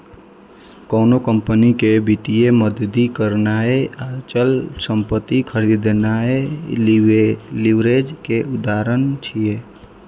कोनो कंपनी कें वित्तीय मदति करनाय, अचल संपत्ति खरीदनाय लीवरेज के उदाहरण छियै